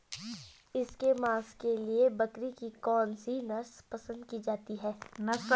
इसके मांस के लिए बकरी की कौन सी नस्ल पसंद की जाती है?